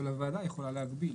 אבל הוועדה יכולה להגביל.